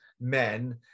men